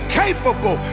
capable